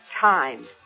time